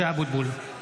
(קורא בשמות חברי הכנסת) משה אבוטבול,